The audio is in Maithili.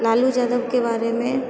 लालू यादवके बारेमे